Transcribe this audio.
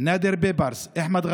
נאדר ביברס, אחמד ג'רבלי,